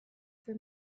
for